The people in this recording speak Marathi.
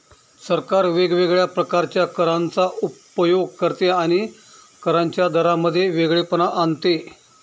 सरकार वेगवेगळ्या प्रकारच्या करांचा उपयोग करते आणि करांच्या दरांमध्ये वेगळेपणा आणते